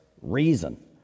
reason